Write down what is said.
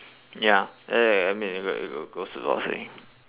ya I mean it'll it'll goes with your saving